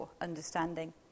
understanding